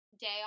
day